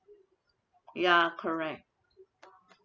ya correct